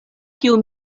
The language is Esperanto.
kiu